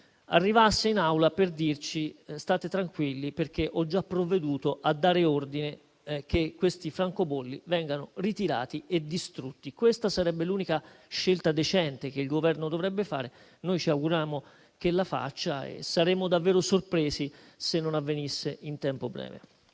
arrivasse in Aula per dirci di stare tranquilli, perché ha già provveduto a dare ordine di ritirare e distruggere i francobolli in questione. Questa sarebbe l'unica scelta decente che il Governo dovrebbe fare. Noi ci auguriamo che la faccia e saremmo davvero sorpresi se ciò non avvenisse in tempo breve.